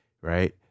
right